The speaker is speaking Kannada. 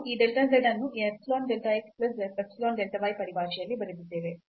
ಮತ್ತು ನಾವು ಈ delta z ಅನ್ನು ಈ epsilon delta x plus epsilon delta y ಪರಿಭಾಷೆಯಲ್ಲಿ ಬರೆದಿದ್ದೇವೆ